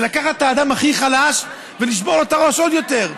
זה לקחת את האדם הכי חלש ולשבור לו את הראש עוד יותר.